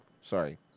Sorry